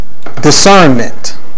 Discernment